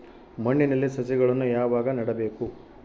ಮಣ್ಣಿನಲ್ಲಿ ಸಸಿಗಳನ್ನು ಯಾವಾಗ ನೆಡಬೇಕು?